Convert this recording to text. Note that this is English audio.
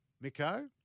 Miko